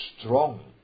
Strong